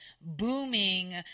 booming